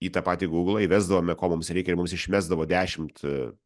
į tą patį google įvesdavome ko mums reikia ir mums išmesdavo dešimt